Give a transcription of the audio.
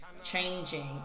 changing